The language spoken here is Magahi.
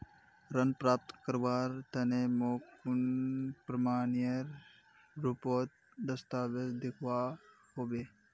ऋण प्राप्त करवार तने मोक कुन प्रमाणएर रुपोत दस्तावेज दिखवा होबे?